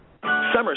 Summer